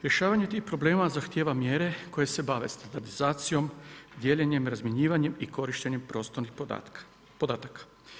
Rješavanje tih problema zahtijeva mjere koje se bave standardizacijom, dijeljenjem, razmjenjivanjem i korištenjem prostornih podataka.